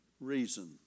reason